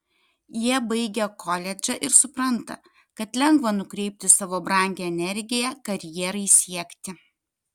jie baigia koledžą ir supranta kad lengva nukreipti savo brangią energiją karjerai siekti